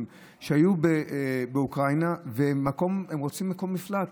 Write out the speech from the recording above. שהיו באוקראינה והם רוצים מקום מפלט.